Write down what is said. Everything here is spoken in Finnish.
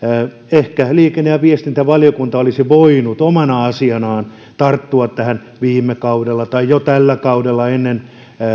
ehkä liikenne ja viestintävaliokunta olisi voinut omana asianaan tarttua tähän viime kaudella tai tällä kaudella jo ennen